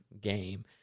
game